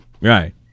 Right